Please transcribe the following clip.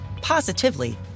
positively